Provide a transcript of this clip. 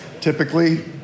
typically